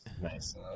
Nice